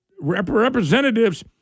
representatives